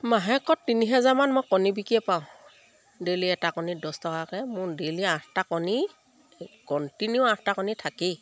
মাহেকত তিনি হেজাৰমান মই কণী বিকিয়ে পাওঁ ডেইলি এটা কণীত দছ টকাকে মোৰ ডেইলি আঠটা কণী কণ্টিনিউ আঠটা কণী থাকেই